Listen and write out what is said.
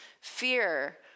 Fear